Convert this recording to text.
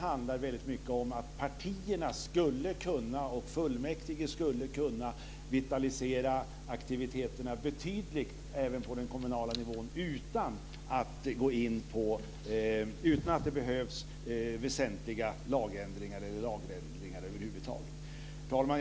handlar det väldigt mycket om att partierna och fullmäktige skulle kunna vitalisera aktiviteterna betydligt även på den kommunala nivån utan att det behövs väsentliga lagändringar, eller lagändringar över huvud taget. Herr talman!